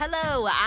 Hello